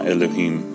Elohim